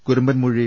Kurambanmoozhi